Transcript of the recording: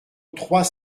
trois